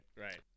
Right